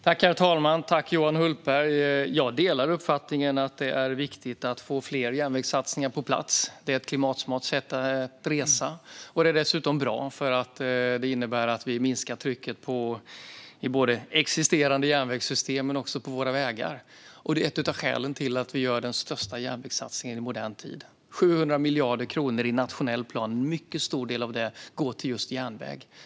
Herr talman! Johan Hultberg! Jag delar uppfattningen att det är viktigt att få fler järnvägssatsningar på plats. Det är ett klimatsmart sätt att resa. Det är dessutom bra, eftersom det innebär att vi minskar trycket på både existerande järnvägssystem och våra vägar. Det är ett av skälen till att vi gör den största järnvägssatsningen i modern tid. Det är 700 miljarder kronor i nationell plan. En mycket stor del av det går till just järnväg.